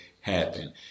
happen